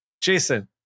Jason